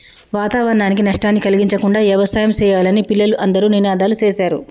వాతావరణానికి నష్టాన్ని కలిగించకుండా యవసాయం సెయ్యాలని పిల్లలు అందరూ నినాదాలు సేశారు